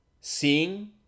Seeing